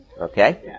Okay